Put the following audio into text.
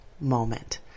moment